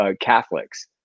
Catholics